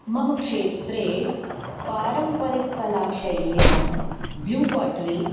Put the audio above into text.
मम क्षेत्रे पारम्परिककलाशैल्यां ब्लू पोट्री